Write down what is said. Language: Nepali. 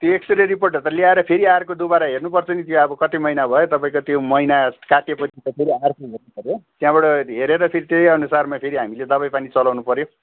त्यो एक्स्रे रिपोर्टहरू त ल्याएर फेरि अर्को दुबारा हेर्नुपर्छ नि त्यो अब कति महिना भयो तपाईँको त्यो महिना काटेपछि त फेरि अर्को हेर्नु पऱ्यो त्यहाँबाट हेरेर फेरि त्यही अनुसारमा हामीले दबाई पानी चलाउनु पऱ्यो